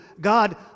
God